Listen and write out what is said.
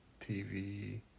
TV